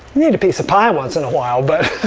need a piece of pie once in a while, but